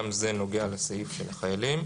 גם זה נוגע לסעיף של החיילים.